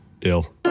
deal